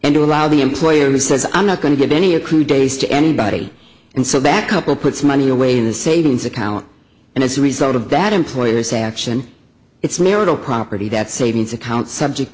and to allow the employer says i'm not going to give any accrued days to anybody and so that couple puts money away in a savings account and as a result of that employers action it's marital property that savings account subject